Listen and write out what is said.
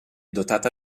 dotata